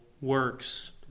works